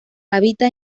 habita